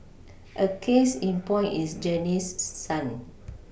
a case in point is Janice's son